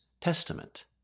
testament